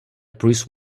bruce